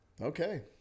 Okay